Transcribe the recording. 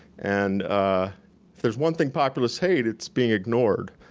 and if there's one thing populists hate it's being ignored.